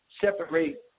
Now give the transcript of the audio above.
separate